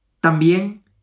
También